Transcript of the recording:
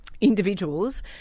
individuals